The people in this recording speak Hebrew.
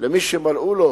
למי שמלאו לו